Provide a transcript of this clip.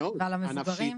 ועל המבוגרים.